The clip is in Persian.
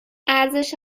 ارزش